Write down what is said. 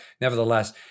nevertheless